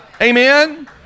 Amen